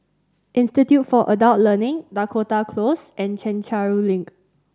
Institute for Adult Learning Dakota Close and Chencharu Link